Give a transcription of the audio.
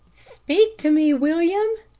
speak to me, william!